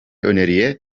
öneriye